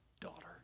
daughter